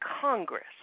Congress